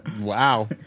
Wow